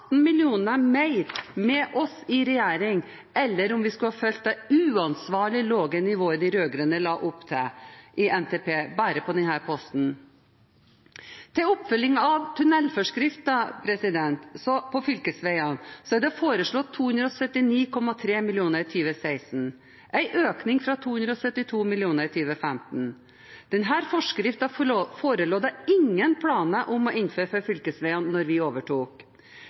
mer med oss i regjering bare på denne posten – enn om vi skulle ha fulgt det uansvarlig lave nivået de rød-grønne la opp til i NTP. Til oppfølging av tunnelforskrifter på fylkesveiene er det foreslått 279,3 mill. kr i 2016 – en økning fra 272 mill. kr i 2015. Denne forskriften forelå det ingen planer om å innføre for fylkesveiene da vi overtok.